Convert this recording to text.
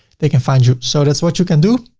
they can find you. so that's what you can do.